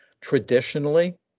Traditionally